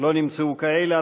לא נמצאו כאלה.